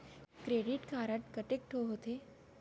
Credit card कतेक ठोक होथे?